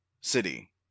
City